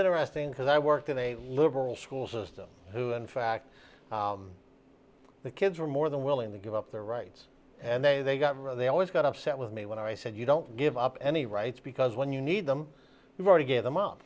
interesting because i worked in a liberal school system who in fact the kids were more than willing to give up their rights and they they got they always got upset with me when i said you don't give up any rights because when you need them you want to give them up